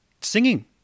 singing